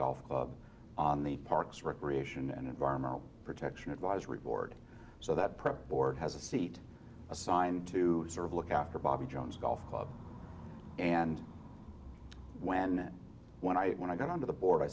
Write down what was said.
golf club on the parks recreation and environmental protection advisory board so that pro board has a seat assigned to look after bobby jones golf club and when when i when i got on to the board i